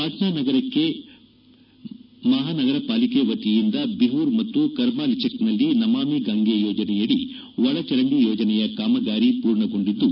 ಪಾಟ್ನಾ ನಗರಪಾಲಿಕೆ ವತಿಯಿಂದ ಬಿಹೂರ್ ಮತ್ತು ಕರ್ಮಾಲಿಚಕ್ನಲ್ಲಿ ನಮಾಮಿ ಗಂಗೆ ಯೋಜನೆಯಡಿ ಒಳಚರಂಡಿ ಯೋಜನೆಯ ಕಾಮಗಾರಿ ಪೂರ್ಣಗೊಂಡಿದ್ದು